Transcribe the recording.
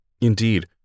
Indeed